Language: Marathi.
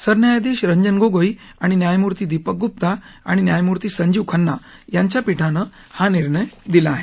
सरन्यायाधीश रंजन गोगोई आणि न्यायमूर्ती दीपक गुप्ता आणि न्यायमूर्ती संजीव खन्ना यांच्या पीठानं हा निर्णय दिला आहे